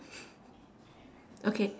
okay